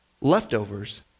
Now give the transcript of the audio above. Leftovers